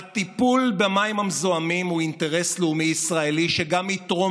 הטיפול במים המזוהמים הוא אינטרס לאומי ישראלי שגם יתרום